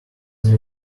they